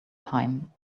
time